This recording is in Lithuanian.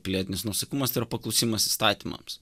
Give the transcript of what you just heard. pilietinis nuoseklumas tai yra paklusimas įstatymams